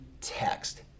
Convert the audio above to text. text